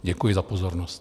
Děkuji za pozornost.